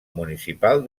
municipal